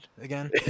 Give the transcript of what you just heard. again